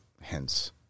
Hence